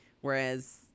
Whereas